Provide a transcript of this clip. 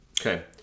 Okay